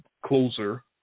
closer